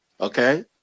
Okay